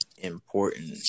important